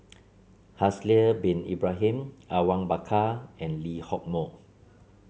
Haslir Bin Ibrahim Awang Bakar and Lee Hock Moh